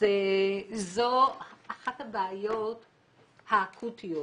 זו אחת הבעיות האקוטיות,